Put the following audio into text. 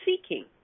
seeking